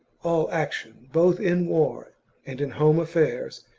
all action, both in war and in home affairs,